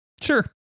Sure